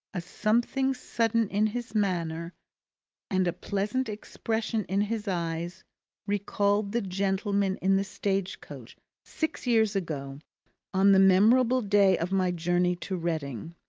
a something sudden in his manner and a pleasant expression in his eyes recalled the gentleman in the stagecoach six years ago on the memorable day of my journey to reading.